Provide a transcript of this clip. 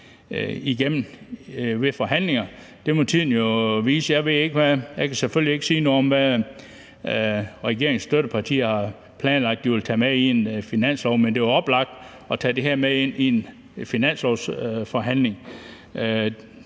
igennem ved forhandlinger. Det må tiden jo vise. Jeg kan selvfølgelig ikke sige noget om, hvad regeringens støttepartier har planlagt at tage med i en finanslov. Men det er jo oplagt at tage det her med ind i en finanslovsforhandling.